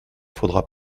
faudra